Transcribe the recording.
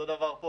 אותו דבר כאן.